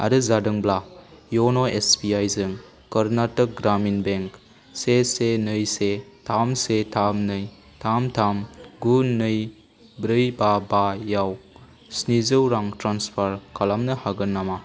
आरो जादोंब्ला य'न' एस बि आइ जों कर्नाटक ग्रामिन बेंक से से नै से थाम से थाम नै थाम थाम गु नै ब्रै बा बायाव स्निजौ रां ट्रेन्सफार खालामनो हागोन नामा